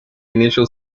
initial